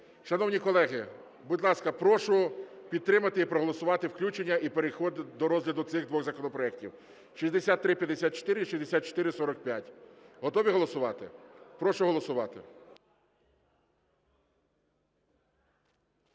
Шановні колеги, будь ласка, прошу підтримати і проголосувати включення і перехід до розгляду цих двох законопроектів – 6354 і 6445. Готові голосувати? Прошу голосувати.